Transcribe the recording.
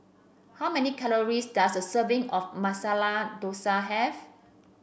how many calories does a serving of Masala Dosa have